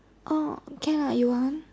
oh can ah you want